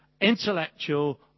Intellectual